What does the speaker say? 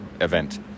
event